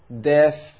death